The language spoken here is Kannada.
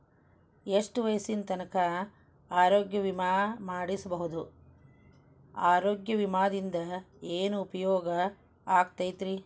ಎಷ್ಟ ವಯಸ್ಸಿನ ತನಕ ಆರೋಗ್ಯ ವಿಮಾ ಮಾಡಸಬಹುದು ಆರೋಗ್ಯ ವಿಮಾದಿಂದ ಏನು ಉಪಯೋಗ ಆಗತೈತ್ರಿ?